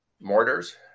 mortars